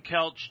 Kelch